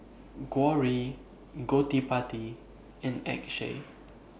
Gauri Gottipati and Akshay